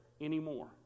anymore